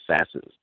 assassins